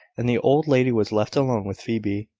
and the old lady was left alone with phoebe.